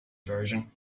version